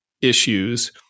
issues